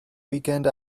weekend